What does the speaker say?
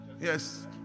Yes